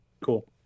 Cool